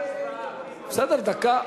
בסדר, דקה.